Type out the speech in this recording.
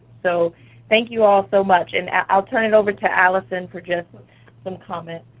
so thank you all so much. and i'll turn it over to alison for just some comments.